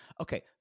Okay